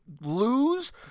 lose